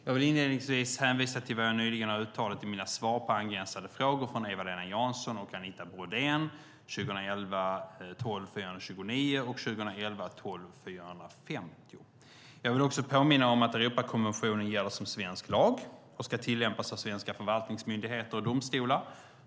Jag vill inledningsvis hänvisa till vad jag nyligen har uttalat i mina svar på angränsande frågor från Eva-Lena Jansson och Anita Brodén . Jag vill också påminna om att Europakonventionen gäller som svensk lag och ska tillämpas av svenska förvaltningsmyndigheter och domstolar.